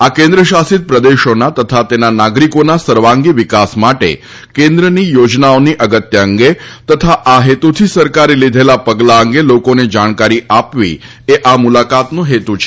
આ કેન્દ્રશાસિત પ્રદેશના તથા તેના નાગરીકોના સર્વાંગી વિકાસ માટે કેન્દ્રની યોજનાઓની અગત્ય અંગે તથા આ હેતુથી સરકારે લીધેલાં પગલાં અંગે લોકોને જાણકારી આપવી એ આ મુલાકાતનો હેતુ છે